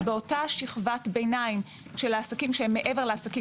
אבל באותה שכבת ביניים של העסקים שהם מעבר לעסקים